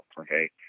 okay